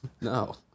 No